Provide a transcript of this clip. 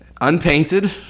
unpainted